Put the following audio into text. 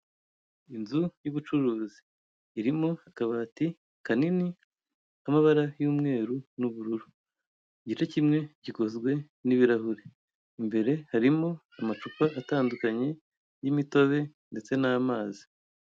Inzu y'ubucuruzi irimo akabati kanini k'amabara y'umweru n'ubururu. Igice kimwe gikozwe n'ibirahure, imbere harimo amacupa atandukanye y'imitobe ndetse n'amazi.